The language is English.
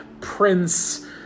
prince